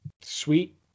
sweet